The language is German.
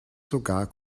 sogar